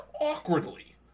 awkwardly